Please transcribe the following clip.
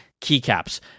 keycaps